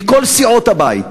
מכל סיעות הבית,